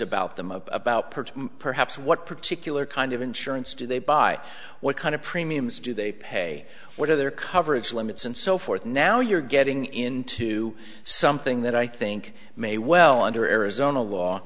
about them about purchase perhaps what particular kind of insurance do they buy what kind of premiums do they pay what are their coverage limits and so forth now you're getting into something that i think may well under arizona law